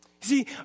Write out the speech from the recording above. See